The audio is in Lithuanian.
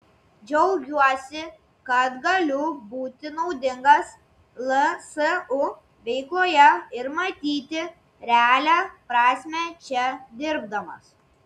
džiaugiuosi kad galiu būti naudingas lsu veikloje ir matyti realią prasmę čia dirbdamas